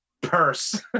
purse